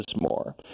more